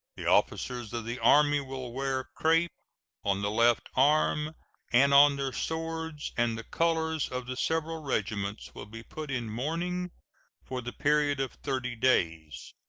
the officers of the army will wear crape on the left arm and on their swords and the colors of the several regiments will be put in mourning for the period of thirty days.